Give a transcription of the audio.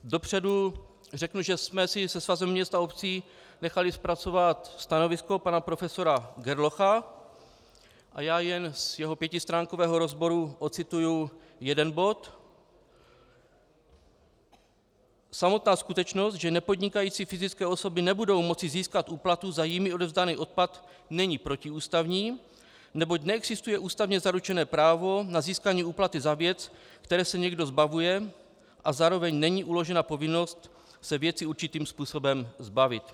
Dopředu řeknu, že jsme si se Svazem měst a obcí nechali zpracovat stanovisko pana profesora Gerlocha a já jen z jeho pětistránkového rozboru ocituji jeden bod: Samotná skutečnost, že nepodnikající fyzické osoby nebudou moci získat úplatu za jimi odevzdaný odpad, není protiústavní, neboť neexistuje ústavně zaručené právo na získání úplaty za věc, které se někdo zbavuje, a zároveň není uložena povinnost se věci určitým způsobem zbavit.